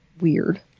weird